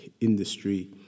industry